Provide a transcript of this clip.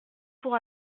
pour